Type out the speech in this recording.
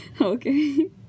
Okay